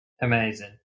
Amazing